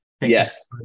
Yes